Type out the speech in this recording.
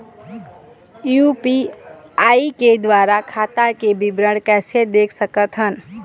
UPI के द्वारा खाता के विवरण कैसे देख सकत हन?